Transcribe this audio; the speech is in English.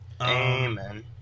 Amen